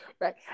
Right